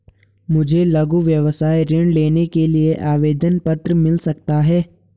मुझे लघु व्यवसाय ऋण लेने के लिए आवेदन पत्र मिल सकता है?